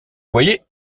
voyez